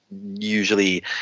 Usually